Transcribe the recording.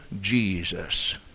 Jesus